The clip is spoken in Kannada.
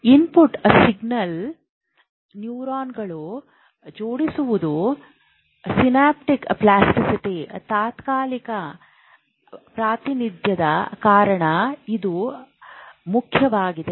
ಇನ್ಪುಟ್ ಸಿಗ್ನಲಿಂಗ್ ನ್ಯೂರಾನ್ಗಳನ್ನು ಜೋಡಿಸುವುದು ಸಿನಾಪ್ಟಿಕ್ ಪ್ಲಾಸ್ಟಿಟಿ ತಾತ್ಕಾಲಿಕ ಪ್ರಾತಿನಿಧ್ಯದ ಕಾರಣ ಇದು ಮುಖ್ಯವಾಗಿದೆ